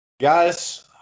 Guys